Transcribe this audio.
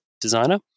designer